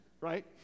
right